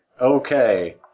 Okay